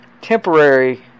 temporary